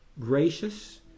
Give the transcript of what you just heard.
gracious